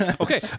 Okay